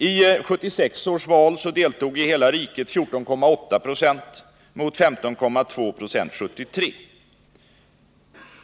I 1976 års kyrkofullmäktigval deltog i hela riket 14,8 26 av de röstberättigade mot 15,2 96 år 1973.